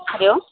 Hari Om